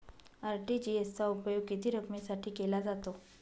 RTGS चा उपयोग किती रकमेसाठी केला जातो?